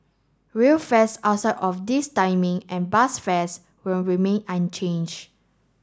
rail fares outside of this timing and bus fares will remain unchanged